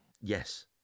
Yes